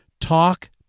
talk